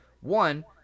One